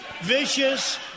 vicious